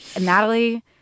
Natalie